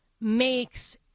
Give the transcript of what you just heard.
makes